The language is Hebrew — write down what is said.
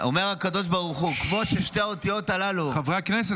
אומר הקדוש ברוך הוא: כמו ששתי אותיות הללו --- חברי הכנסת,